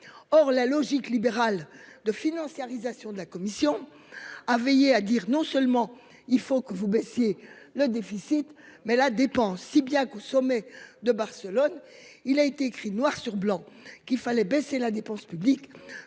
Or la logique libérale de financiarisation de la commission a veillé à dire non seulement il faut que vous baissiez le déficit mais la dépense. Si bien qu'au sommet de Barcelone. Il a été écrit noir sur blanc qu'il fallait baisser la dépense publique